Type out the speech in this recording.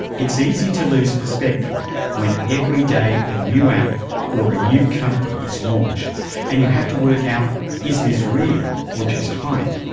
it's easy to lose perspective when every day a new app or ah new company is launched and you have to work out is this real or just hype?